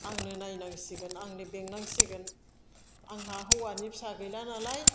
आंनो नायनांसिगोन आंनो बेंनांसिगोन आंहा हौवानि फिसा गैला नालाय